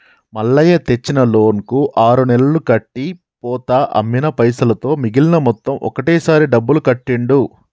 మల్లయ్య తెచ్చిన లోన్ కు ఆరు నెలలు కట్టి పోతా అమ్మిన పైసలతో మిగిలిన మొత్తం ఒకటే సారి డబ్బులు కట్టిండు